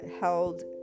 held